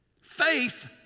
faith